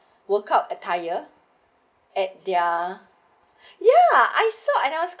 workout a tyre at their ya I saw and I was